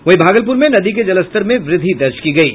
वहीं भागलपुर में नदी के जलस्तर में वृद्धि दर्ज की गयी